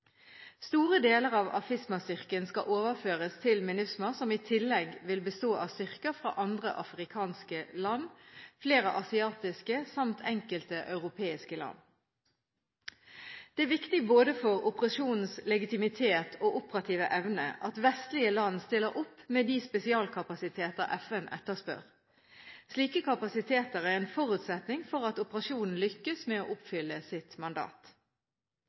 Store deler av AFISMA-styrken skal overføres til MINUSMA, som i tillegg vil bestå av styrker fra andre afrikanske land, flere asiatiske samt enkelte europeiske land. Det er viktig for både operasjonens legitimitet og operative evne at vestlige land stiller opp med de spesialkapasiteter FN etterspør. Slike kapasiteter er en forutsetning for at operasjonen lykkes med å oppfylle sitt mandat.